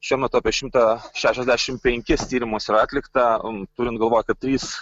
šiuo metu apie šimtą šešiasdešim penkis tyrimus yra atlikta turint galvoj kad trys